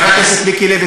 חבר הכנסת מיקי לוי,